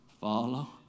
follow